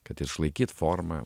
kad išlaikyt formą